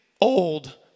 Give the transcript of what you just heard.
old